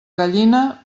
gallina